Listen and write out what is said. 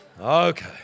Okay